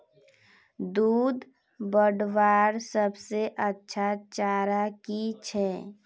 दूध बढ़वार सबसे अच्छा चारा की छे?